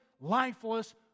lifeless